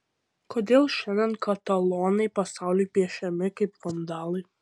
kodėl šiandien katalonai pasauliui piešiami kaip vandalai